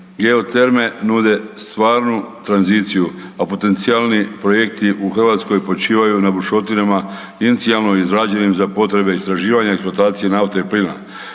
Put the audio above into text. Geoterme nude stvarnu tranziciju, a potencijalni projekti u Hrvatskoj počivaju na bušotinama inicijalno izrađenim za potrebe istraživanja i eksploatacije nafte i plina.